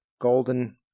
golden